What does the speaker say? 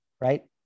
right